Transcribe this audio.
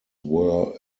were